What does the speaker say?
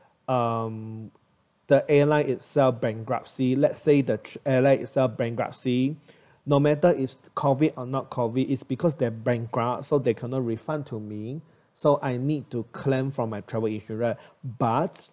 um the airline itself bankruptcy let's say that tr~ airlines itself bankruptcy no matter is COVID or not COVID is because they're bankrupt so they cannot refund to me so I need to claim from my travel insurance but